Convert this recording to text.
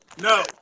No